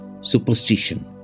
superstition